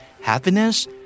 Happiness